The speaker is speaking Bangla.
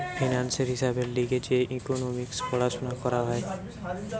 ফিন্যান্সের হিসাবের লিগে যে ইকোনোমিক্স পড়াশুনা করা হয়